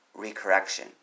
recorrection